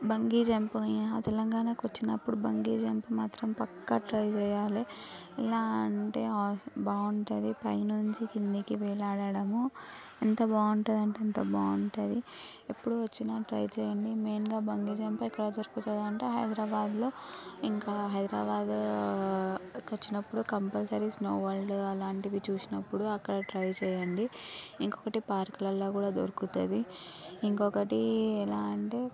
బంగి jump అది తెలంగాణకి వచ్చినప్పుడు బంగీ జంప్ మాత్రం పక్కా ట్రై చేయాలి ఎలా అంటే బాగుంటుంది పైనుంచి కిందికి వెళ్ళడము ఎంత బాగుంటుంది అంటే అంత బాగుంటుంది ఎప్పుడు వచ్చిన ట్రై చేయండి మెయిన్గా బంగీ జంప్ ఎక్కడ దొరుకుతుంది అంటే హైదరాబాదులో ఇంకా హైదరాబాద్కి వచ్చినప్పుడు కంపల్సరీ స్నో వర్ల్డ్ అలాంటివి చూసినప్పుడు అక్కడ ట్రై చేయండి ఇంకొకటి పార్కులలో కూడా దొరుకుతుంది ఇంకొకటి ఎలా అంటే